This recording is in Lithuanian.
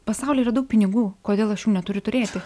pasauly yra daug pinigų kodėl aš jų neturiu turėti